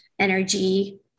energy